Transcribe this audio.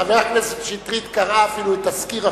חבר הכנסת שטרית קרא אפילו את תזכיר החוק,